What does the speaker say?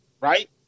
right